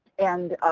and